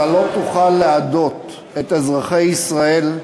אתה לא תוכל לאדות את אזרחי ישראל,